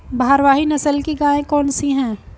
भारवाही नस्ल की गायें कौन सी हैं?